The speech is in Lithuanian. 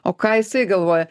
o ką jisai galvoja